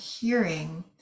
hearing